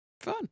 Fun